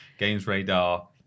GamesRadar